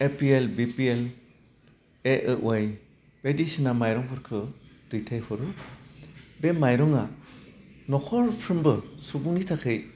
APL BPL AAY बायदिसिना माइरंफोरखो दैथाइ हरो बे माइरङा नखरफ्रोमबो सुबुंनि थाखै